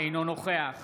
אינו נוכח